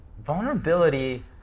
vulnerability